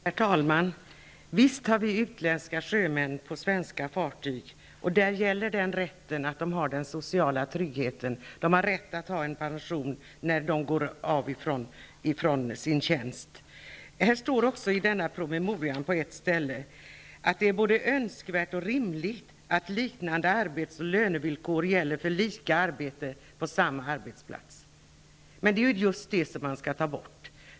Herr talman! Visst finns det utländska sjömän på svenska fartyg, och de har rätt till social trygghet. De har rätt till pension när de avgår från sin tjänst. I denna promemoria står det på ett ställe att det är både önskvärt och rimligt att liknande arbets och lönevillkor gäller för lika arbete på samma arbetsplats. Men det är ju just detta som skall tas bort.